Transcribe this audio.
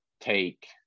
take